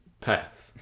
Pass